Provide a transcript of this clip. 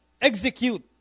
execute